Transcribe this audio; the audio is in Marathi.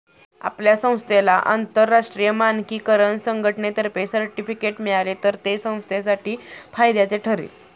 आपल्या संस्थेला आंतरराष्ट्रीय मानकीकरण संघटनेतर्फे सर्टिफिकेट मिळाले तर ते संस्थेसाठी फायद्याचे ठरेल